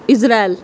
Israel